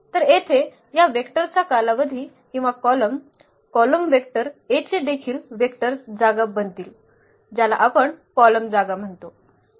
तर येथे या वेक्टर चा कालावधी किंवा कॉलम कॉलम वेक्टर A चे देखील वेक्टर जागा बनतील ज्याला आपण कॉलम जागा म्हणतो